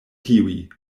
tiuj